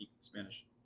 Spanish